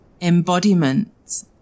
Embodiment